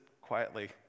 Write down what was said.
quietly